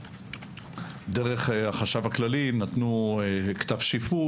דרך החשב הכללי, נתנה כתב שיפוי.